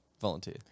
volunteer